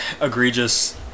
egregious